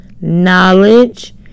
knowledge